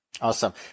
Awesome